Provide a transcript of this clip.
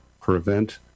prevent